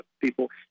people